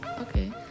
Okay